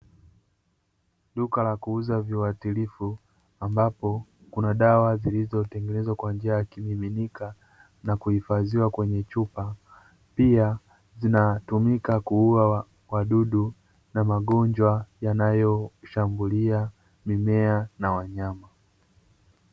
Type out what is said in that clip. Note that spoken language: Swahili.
Duka la kuuza viwatilifu, ambapo kuna dawa zilizotengenezwa kwa njia ya kimiminika na kuhifadhiwa kwenye chupa, pia zinatumika kuua wadudu na magonjwa yanayoshambulia mimea na wanyama.